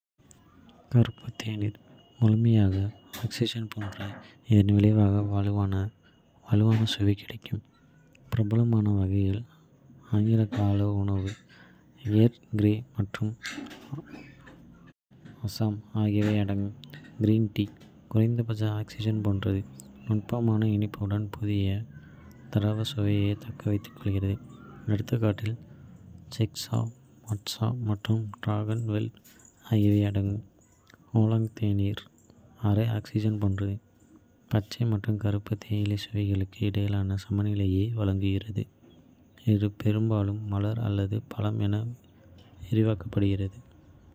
கருப்பு தேநீர் முழுமையாக ஆக்ஸிஜனேற்றப்பட்டது, இதன் விளைவாக வலுவான, வலுவான சுவை கிடைக்கும். பிரபலமான வகைகளில் ஆங்கில காலை உணவு, ஏர்ல் கிரே மற்றும் அசாம் ஆகியவை அடங்கும். கிரீன் டீ குறைந்தபட்ச ஆக்ஸிஜனேற்றப்பட்டது. நுட்பமான இனிப்புடன் புதிய, தாவர சுவையை தக்க வைத்துக் கொள்கிறது. எடுத்துக்காட்டுகளில் சென்ச்சா, மாட்சா மற்றும் டிராகன் வெல் ஆகியவை அடங்கும். ஓலாங் தேநீர் அரை ஆக்ஸிஜனேற்றப்பட்டது, பச்சை மற்றும் கருப்பு தேயிலை சுவைகளுக்கு இடையில் சமநிலையை. வழங்குகிறது, இது பெரும்பாலும் மலர் அல்லது பழம் என விவரிக்கப்படுகிறது.